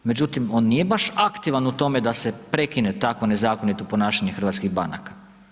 Međutim, on nije baš aktivan u tome da se prekine tako nezakonito ponašanje hrvatskih banaka.